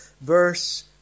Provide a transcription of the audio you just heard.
Verse